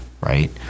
right